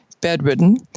bedridden